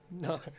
No